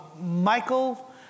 Michael